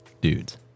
Dudes